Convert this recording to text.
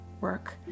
work